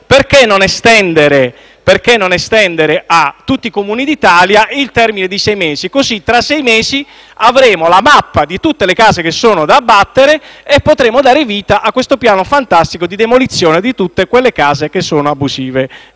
perché non estendere a tutti i Comuni d’Italia il termine di sei mesi? Così tra sei mesi avremo la mappa di tutte le case che sono da abbattere e potremo dare vita a questo piano fantastico di demolizione di tutte le case abusive,